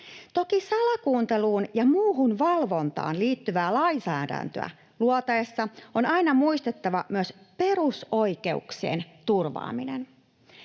lupia. Salakuunteluun ja muuhun valvontaan liittyvää lainsäädäntöä luotaessa on toki aina muistettava myös perusoikeuksien turvaaminen.